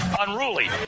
unruly